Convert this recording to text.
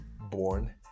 born